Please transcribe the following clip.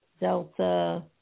Delta